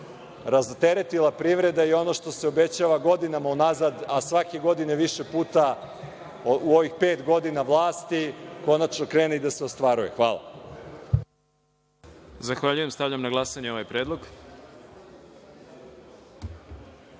rasteretila privreda i ono što se obećava godinama unazad, a svake godine više puta u ovih pet godina vlasti, konačno krene da i ostvaruje. Hvala. **Đorđe Milićević** Zahvaljujem. Stavljam na glasanje ovaj